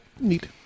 Neat